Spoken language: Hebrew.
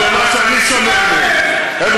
ולכן אתה מסית כל הזמן.